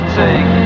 take